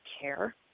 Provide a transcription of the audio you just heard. care